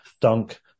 Dunk